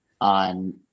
on